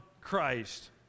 Christ